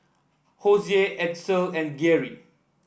Hosea Edsel and Geary